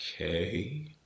okay